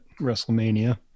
WrestleMania